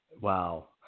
Wow